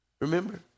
Remember